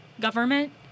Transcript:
government